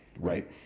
Right